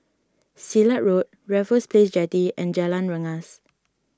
Silat Road Raffles Place Jetty and Jalan Rengas